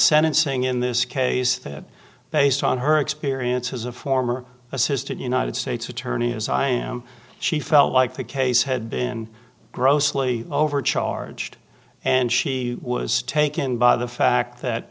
sentencing in this case that based on her experience as a former assistant united states attorney as i am she felt like the case had been grossly overcharged and she was taken by the fact that